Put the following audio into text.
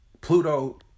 Pluto